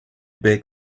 back